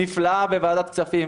נפלאה בוועדת הכספים.